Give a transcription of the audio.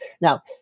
Now